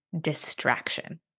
distraction